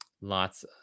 lots